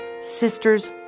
sisters